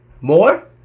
More